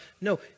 No